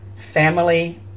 family